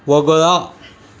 वगळा